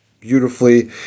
beautifully